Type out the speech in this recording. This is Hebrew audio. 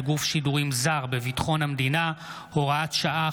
גוף שידורים זר בביטחון המדינה (הוראת שעה,